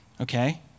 Okay